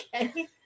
Okay